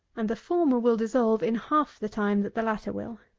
and the former will dissolve in half the time that the latter will.